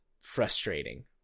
frustrating